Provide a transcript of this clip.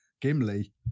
Gimli